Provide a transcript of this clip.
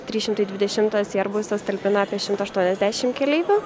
trys šimtai dvidešimtas ierbusas talpina apie šimtą aštuoniasdešim keleivių